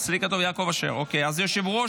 חבר כנסת יעקב אשר, יושב-ראש